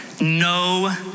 No